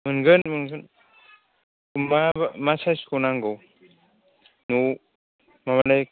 मोनगोन मोनगोन मा मा साइज खौ नांगौ न'आव माने